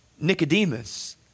Nicodemus